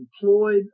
employed